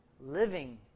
living